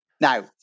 Now